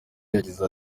yagize